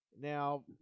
Now